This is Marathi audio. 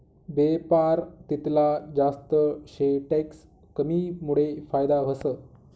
बेपार तितला जास्त शे टैक्स कमीमुडे फायदा व्हस